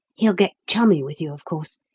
he'll get chummy with you, of course,